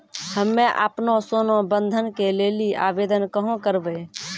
हम्मे आपनौ सोना बंधन के लेली आवेदन कहाँ करवै?